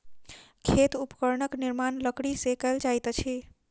खेल उपकरणक निर्माण लकड़ी से कएल जाइत अछि